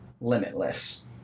limitless